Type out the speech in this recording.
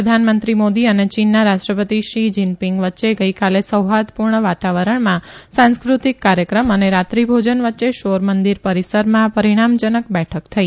પ્રધાનમંત્રી મોદી અને ચીનના રાષ્ટ્રપતિ શી જીનપીંગ વચ્ચે ગઇકાલે સૌફાર્દપૂર્ણ વાતાવરણમાં સાંસ્કૃતિક કાર્યક્રમ અને રાત્રીભોજન વચ્ચે શોર મંદિર પરીસરમાં પરીણામજનક બેઠક થઇ